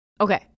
okay